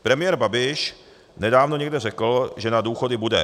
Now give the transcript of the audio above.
Premiér Babiš nedávno někde řekl, že na důchody bude.